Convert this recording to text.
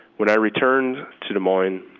when i returned to des moines,